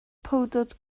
powdr